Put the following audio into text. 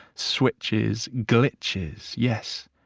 switches, glitches. yes.